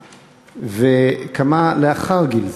וכמה לאחר גיל זה?